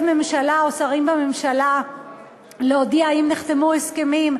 ממשלה או שרים בממשלה להודיע האם נחתמו הסכמים,